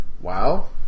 wow